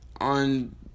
on